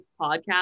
podcast